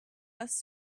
less